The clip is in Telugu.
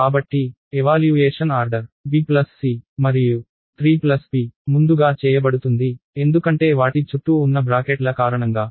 కాబట్టి ఎవాల్యూయేషన్ ఆర్డర్ bc మరియు 3p ముందుగా చేయబడుతుంది ఎందుకంటే వాటి చుట్టూ ఉన్న బ్రాకెట్ల కారణంగా